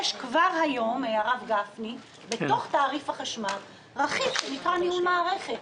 יש כבר היום בתוך תעריף החשמל רכיב שנקרא ניהול מערכת,